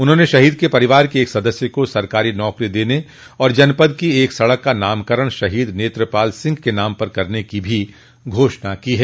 उन्होंने शहीद के परिवार के एक सदस्य को सरकारी नौकरी देने तथा जनपद की एक सड़क का नामकरण शहीद नेत्रपाल सिंह के नाम पर करने की भी घोषणा की है